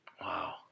Wow